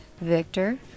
victor